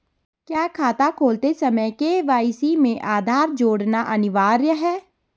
क्या खाता खोलते समय के.वाई.सी में आधार जोड़ना अनिवार्य है?